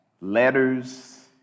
letters